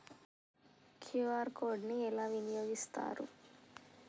QR code ని ఎలా వినియోగిస్తారు?